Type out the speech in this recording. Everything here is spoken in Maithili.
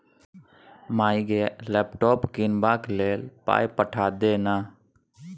माय गे लैपटॉप कीनबाक लेल पाय पठा दे न